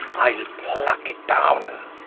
ile plucke it downe.